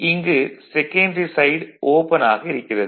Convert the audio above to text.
இங்கு secondary side open ஆக இருக்கிறது